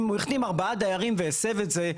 אם הוא החתים ארבעה דיירים והסב את זה,